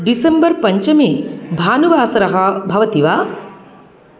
December पञ्चमे भानुवासरः भवति वा